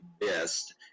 best